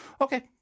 okay